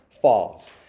falls